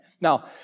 Now